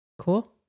cool